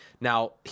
Now